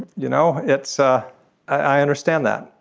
you know it's. ah i understand that.